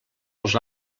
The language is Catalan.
els